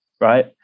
right